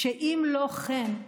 שאם לא כן,